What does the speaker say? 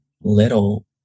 little